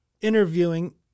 interviewing